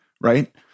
right